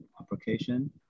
application